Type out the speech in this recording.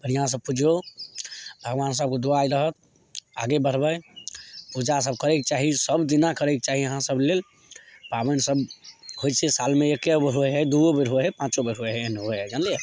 बढ़िआँसे पुजिऔ भगवान सभके दुआ रहत आगे बढ़बै पूजासब करैके चाही सबदिना करैके चाही अहाँसभ लेल पाबनिसब होइ छै सालमे एकेगो होइ हइ दुइओ बेर होइ हइ पाँचो बेर होइ हइ एहन होइ हइ जानलिए